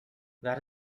that